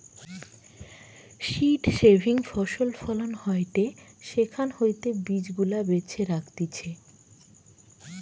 seed saving ফসল ফলন হয়টে সেখান হইতে বীজ গুলা বেছে রাখতিছে